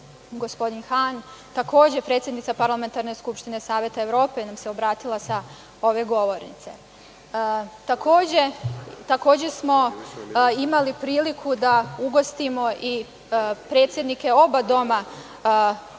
gospodin Han, takođe predsednica Parlamentarne skupštine Saveta Evrope nam se obratila sa ove govornice. Takođe smo imali priliku da ugostimo i predsednike oba doma Ruskog